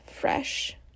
fresh